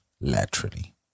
laterally